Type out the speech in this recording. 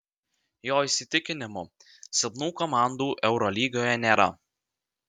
jo įsitikinimu silpnų komandų eurolygoje nėra